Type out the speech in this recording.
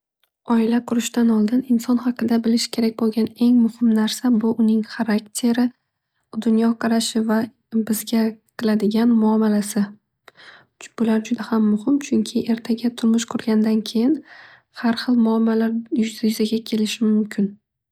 Oila qurishdan oldin inson haqida bilish kerak bo'lgan eng muhim narsa bu uning harakter, dunyoqarashi va bizga qiladigan muomalasi. Bular juda ham muhim chunki ertaga turmush qurgandan keyin har xil muammolar yuzaga kelishi mumkin.